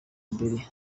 mbere